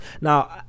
now